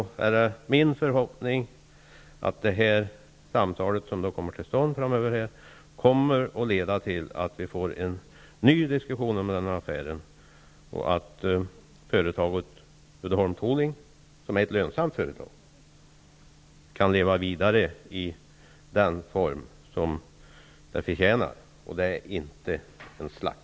Således är det min förhoppning att det samtal som framöver kommer till stånd i den här frågan leder till att vi får en ny diskussion om den här affären och till att Uddeholm Tooling, som är ett lönsamt företag, kan leva vidare i de former som det förtjänar -- alltså inte som en slatt.